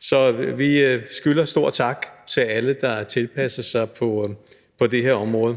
Så vi skylder en stor tak til alle, der har tilpasset sig på det her område.